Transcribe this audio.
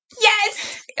yes